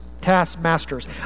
taskmasters